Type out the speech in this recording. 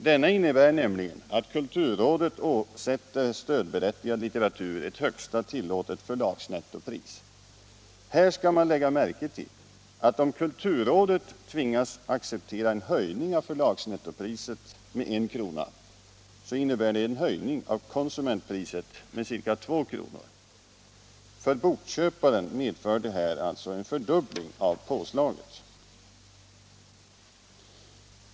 Denna innebär nämligen att kulturrådet åsätter stödberättigad litteratur ett högsta tillåtet förlagsnettopris. Här skall man lägga märke till att om kulturrådet tvingas acceptera en höjning av förlagsnettopriset med en krona, innebär det en höjning av konsumentpriset med två kronor. För bokköparen medför detta en fördubbling av påslaget.